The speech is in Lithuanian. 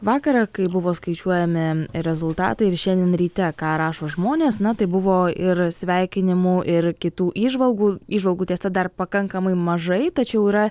vakarą kai buvo skaičiuojami rezultatai ir šiandien ryte ką rašo žmonės na tai buvo ir sveikinimų ir kitų įžvalgų įžvalgų tiesa dar pakankamai mažai tačiau yra